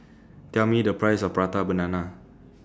Tell Me The Price of Prata Banana